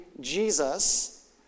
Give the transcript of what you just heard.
Jesus